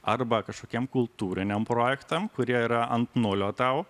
arba kažkokiem kultūriniam projektam kurie yra ant nulio tau